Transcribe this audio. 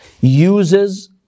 uses